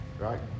right